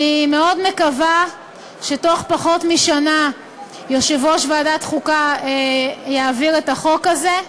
אני מאוד מקווה שבתוך פחות משנה יושב-ראש ועדת החוקה יעביר את החוק הזה.